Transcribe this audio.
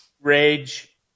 Rage